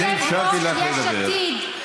אין מדינה יהודית אחרת זולת מדינת ישראל,